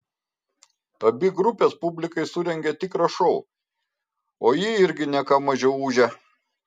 abi grupės publikai surengė tikrą šou o ji irgi ne ką mažiau ūžė